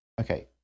okay